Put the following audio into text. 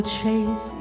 chase